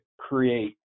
create